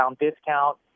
discount